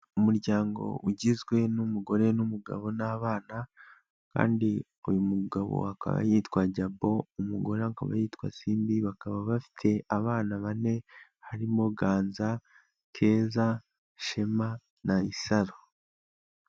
Umuryango ugizwe n'umugore n'umugabo n'abana kandi uyu mugabo yitwa Jabo, umugore akaba yitwa Simbi, bakaba bafite abana bane harimo Ganza, Keza, Shema na Isaro.